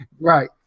Right